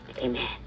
amen